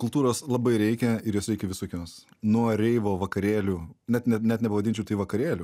kultūros labai reikia ir jos reikia visokios nuo reivo vakarėlių net net nepavadinčiau tai vakarėlių